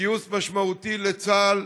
לגיוס משמעותי לצה"ל,